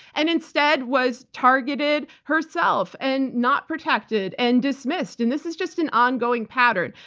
and instead was targeted herself and not protected and dismissed. and this is just an ongoing pattern.